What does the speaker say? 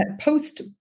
post